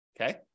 Okay